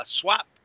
swap